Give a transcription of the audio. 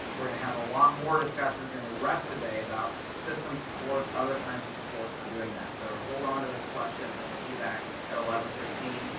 we're gonna have a lot more discussions during the rest of the day about system supports, other kinds of supports for doing that. so hold on to those questions, and we'll see you back at eleven fifteen.